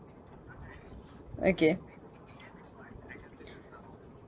okay